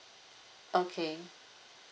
okay